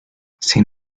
sin